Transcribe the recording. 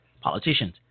Politicians